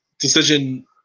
decision